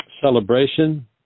celebration